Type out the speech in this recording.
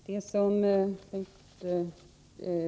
Herr talman!